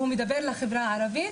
והוא מדבר לחברה הערבית.